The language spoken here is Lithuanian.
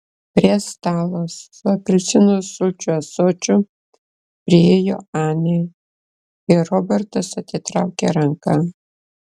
prie stalo su apelsinų sulčių ąsočiu priėjo anė ir robertas atitraukė ranką